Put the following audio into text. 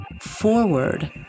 forward